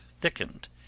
thickened